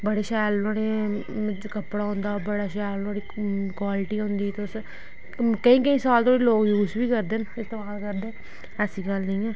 बड़े शैल नोआड़े कपड़ा होंदा बड़ा शैल नोआड़ी कोआल्टी होंदी तुस केईं केईं साल धो'ड़ी लोग यूज बी करदे न इस्तेमाल बी करदे ऐसी गल्ल नेईं ऐ